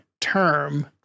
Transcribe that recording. term